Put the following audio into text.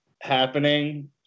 happening